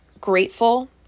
grateful